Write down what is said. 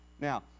Now